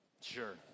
Sure